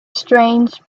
strange